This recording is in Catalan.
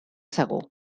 segur